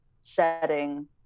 setting